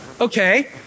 okay